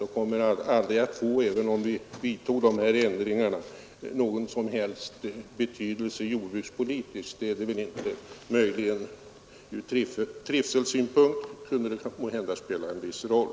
Även om vi skulle vidta dessa ändringar, skulle frågan inte få någon som helst betydelse jordbrukspolitiskt. Ur trivselsynpunkt kunde det möjligen spela en viss roll.